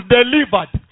delivered